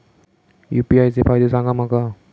UPI चे फायदे सांगा माका?